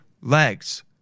legs